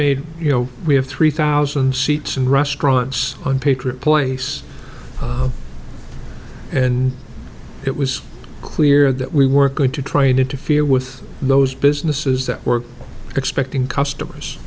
made you know we have three thousand seats and rush drives on patriot place and it was clear that we work going to try and interfere with those businesses that were expecting customers